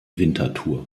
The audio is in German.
winterthur